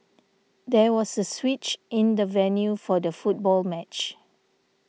there was a switch in the venue for the football match